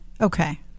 Okay